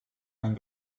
and